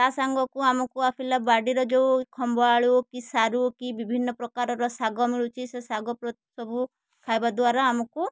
ତା ସାଙ୍ଗକୁ ଆମ ପିଲା ବାଡ଼ିର ଯେଉଁ ଖମ୍ବଆଳୁ କି ସାରୁ କି ବିଭିନ୍ନ ପ୍ରକାରର ଶାଗ ମିଳୁଛି ସେ ଶାଗ ପ୍ରତି ସବୁ ଖାଇବା ଦ୍ଵାରା ଆମକୁ